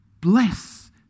bless